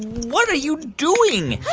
what are you doing?